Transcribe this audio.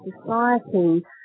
society